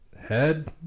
Head